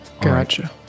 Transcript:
Gotcha